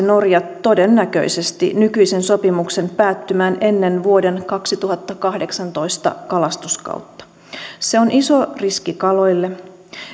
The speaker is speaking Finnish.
norja todennäköisesti irtisanoisi nykyisen sopimuksen päättymään ennen vuoden kaksituhattakahdeksantoista kalastuskautta se on iso riski kaloille